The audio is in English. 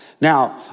Now